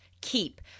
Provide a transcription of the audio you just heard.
keep